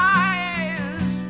eyes